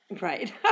Right